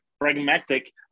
pragmatic